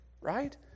right